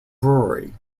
brewery